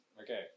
okay